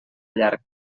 llarg